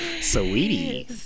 Sweetie